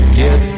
get